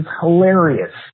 hilarious